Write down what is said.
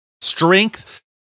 strength